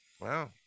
wow